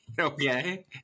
Okay